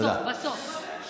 בסוף בסוף.